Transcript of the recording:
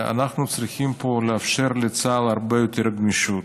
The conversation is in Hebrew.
אנחנו צריכים פה לאפשר לצה"ל הרבה יותר גמישות,